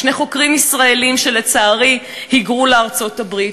שני חוקרים ישראלים שלצערי היגרו לארצות-הברית,